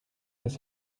his